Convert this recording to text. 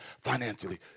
financially